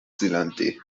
silenti